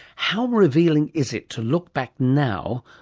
how revealing is it to look back now,